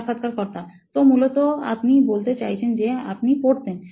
সাক্ষাৎকারকর্তাতো মূলত আপনি বলতে চাইছেন যে আপনি পড়তেন